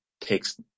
takes